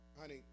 Honey